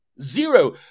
Zero